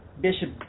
Bishop